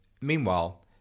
Meanwhile